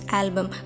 album